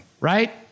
right